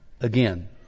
again